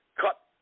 Cut